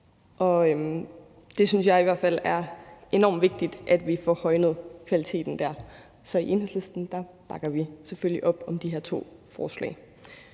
Jeg synes i hvert fald, det er enormt vigtigt, at vi får højnet kvaliteten dér. Så i Enhedslisten bakker vi selvfølgelig op om de her to forslag.